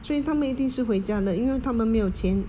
所以他们一定是回家的因为他们没有钱